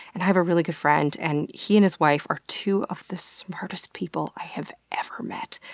and i have a really good friend, and he and his wife are two of the smartest people i have ever met.